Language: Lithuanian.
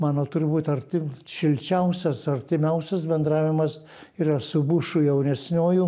mano turbūt arti šilčiausias artimiausias bendravimas yra su bušu jaunesniuoju